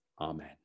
amen